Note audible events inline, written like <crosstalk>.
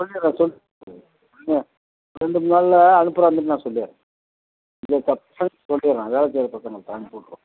சொல்லிடுறேன் சொல்லிடுறேன் ஆ ரெண்டுமூணு நாளில் அனுப்புறதாக வந்துவிட்டு நான் சொல்லிடுறேன் <unintelligible> சொல்லிடுறேன் வேலை செய்கிற பசங்கள் இருக்காங்க அனுப்பி விட்டுறேன்